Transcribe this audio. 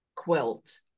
quilt